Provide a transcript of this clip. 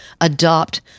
adopt